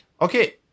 Okay